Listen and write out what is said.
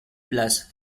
plus